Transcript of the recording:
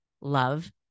love